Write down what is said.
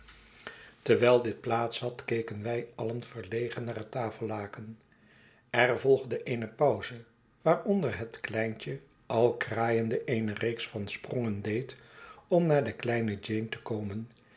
terwijl dit plaats had keken wij alien verlegen naar het tafellaken er volgde eene pauze waaronder het kleintje al kraaiende eene reeks van sprongen deed om naar de kleine jeane te komen